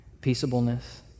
peaceableness